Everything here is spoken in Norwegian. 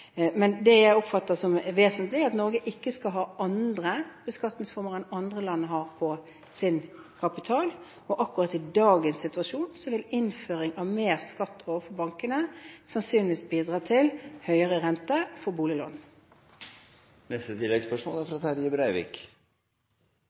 Det jeg oppfatter som vesentlig, er at Norge ikke skal ha andre beskatningsformer enn andre land har på sin kapital. Akkurat i dagens situasjon vil innføring av mer skatt for bankene sannsynligvis bidra til høyere rente på boliglån. Terje Breivik – til oppfølgingsspørsmål. Viss eg oppfattar svaret frå statsministeren på hovudspørsmålet rett, er